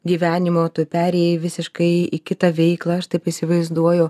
gyvenimo tu perėjai visiškai į kitą veiklą aš taip įsivaizduoju